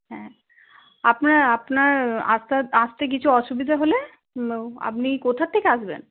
হ্যাঁ আপনার আপনার আসতে কিছু অসুবিধা হলে আপনি কোথা থেকে আসবেন